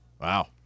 Wow